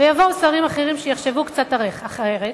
ויבואו שרים אחרים שיחשבו קצת אחרת.